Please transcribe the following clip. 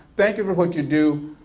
thank you for what you do,